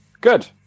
Good